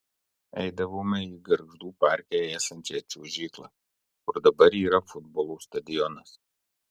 eidavome į gargždų parke esančią čiuožyklą kur dabar yra futbolo stadionas